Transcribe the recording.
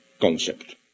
concept